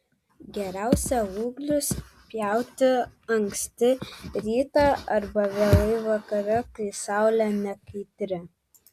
geriausia ūglius pjauti anksti rytą arba vėlai vakare kai saulė nekaitri